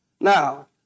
Now